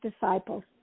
disciples